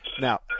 Now